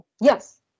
Yes